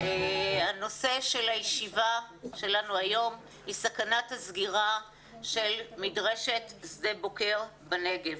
הנושא של הישיבה שלנו היום הוא סכנת הסגירה של מדרשת שדה בוקר בנגב.